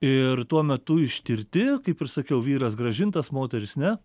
ir tuo metu ištirti kaip ir sakiau vyras grąžintas moteris ne